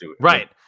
Right